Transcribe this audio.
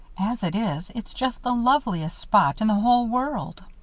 as it is, it's just the loveliest spot in the whole world.